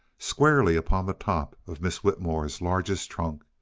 squarely upon the top of miss whitmore's largest trunk.